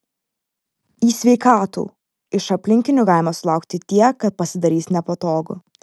į sveikatų iš aplinkinių galima sulaukti tiek kad pasidarys nepatogu